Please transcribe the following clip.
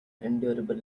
endurable